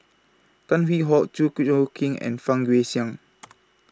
Tan Hwee Hock Chew Choo Keng and Fang Guixiang